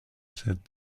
said